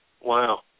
Wow